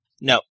No